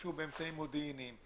ישתמשו באמצעים מודיעיניים,